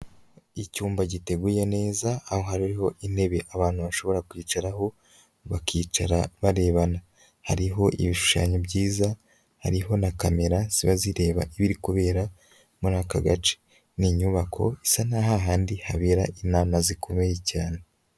Icyumba giteguye neza aho hariho intebe abantu bashobora kwicaraho bakicara barebana. Hariho ibishushanyo byiza, hariho na camera ziba zireba ibi kubera muri aka gace. Ni inyubako isa na hahandi habera inama zikomeye cyane.